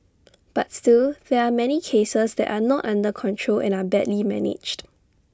but still there are many cases that are not under control and are badly managed